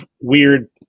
weird